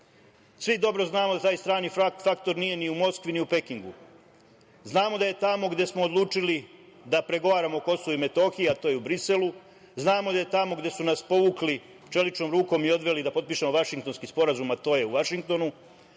Svi dobro znamo da taj strani faktor nije ni u Moskvi ni u Pekingu. Znamo da je tamo gde smo odlučili da pregovaramo o KiM, a to je u Briselu, znamo da je tamo gde su nas povukli čeličnom rukom i odveli da potpišemo Vašingtonski sporazum, a to je u Vašingtonu. Ako